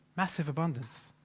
massive abundance.